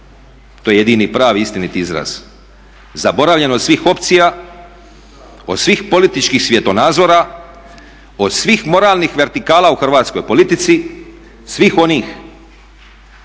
To je jedini i pravi istiniti izraz. Zaboravljen od svih opcija od svih političkih svjetonazora od svih moralnih vertikala u hrvatskoj politici, svi onih